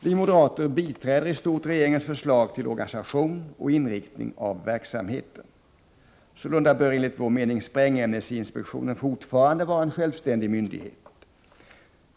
Vi moderater biträder i stort regeringens förslag till organisation och inriktning av verksamheten. Sålunda bör enligt vår mening sprängämnesinspektionen fortfarande vara en självständig myndighet.